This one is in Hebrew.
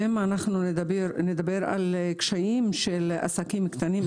אם נדבר על קשיים של עסקים קטנים,